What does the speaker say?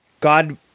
God